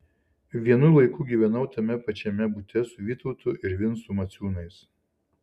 vienu laiku gyvenau tame pačiame bute su vytautu ir vincu maciūnais